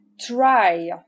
try